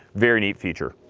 very neat feature.